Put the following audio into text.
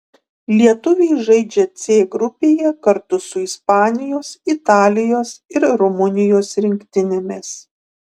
lietuviai žaidžia c grupėje kartu su ispanijos italijos ir rumunijos rinktinėmis